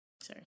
sorry